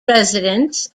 residents